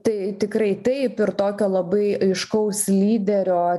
tai tikrai taip ir tokio labai aiškaus lyderio